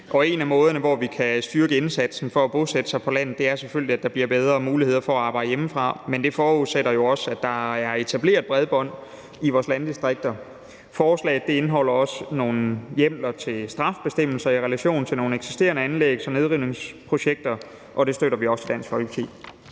En af måderne, hvorpå vi kan styrke indsatsen for at bosætte sig på landet, er selvfølgelig, at der bliver bedre muligheder for at arbejde hjemmefra, men det forudsætter jo også, at der er etableret bredbånd i vores landdistrikter. Forslaget indeholder også nogle hjemler til straffebestemmelser i relation til nogle eksisterende anlægs- og nedrivningsprojekter, og det støtter vi også i Dansk Folkeparti.